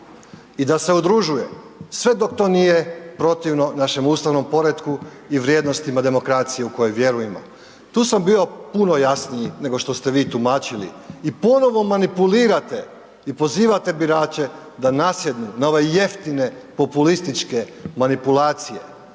i da se udružuje sve dok to nije protivno našem ustavnom poretku i vrijednostima demokracije u koje vjerujemo. Tu sam bio puno jasniji nego što ste vi tumačili i ponovo manipulirate i pozivate birače da nasjednu na ove jeftine populističke manipulacije,